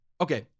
Okay